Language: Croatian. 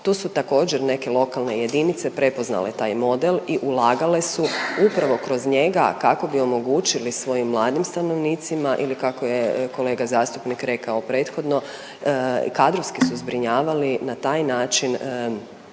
Tu su također neke lokalne jedinice prepoznale taj model i ulagale su upravo kroz njega kako bi omogućili svojim mladim stanovnicima ili kako je kolega zastupnik rekao prethodno kadrovski su zbrinjavali na taj način